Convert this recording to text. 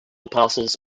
apostles